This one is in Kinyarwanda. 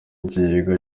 ikigega